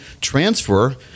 transfer